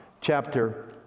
chapter